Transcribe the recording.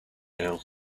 now